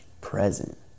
present